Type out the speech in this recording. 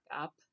up